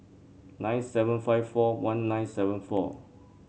nine seven five four one nine seven four